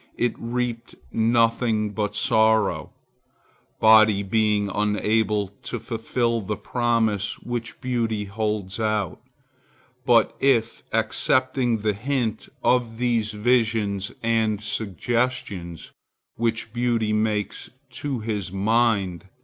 it reaped nothing but sorrow body being unable to fulfil the promise which beauty holds out but if, accepting the hint of these visions and suggestions which beauty makes to his mind,